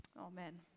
Amen